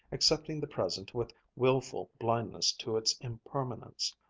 accepting the present with wilful blindness to its impermanence.